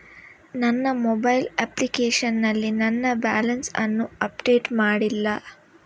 ನನ್ನ mobile application ನಲ್ಲಿ ನನ್ನ ಬ್ಯಾಲೆನ್ಸ್ ಅನ್ನು ಅಪ್ಡೇಟ್ ಮಾಡ್ಲಿಲ್ಲ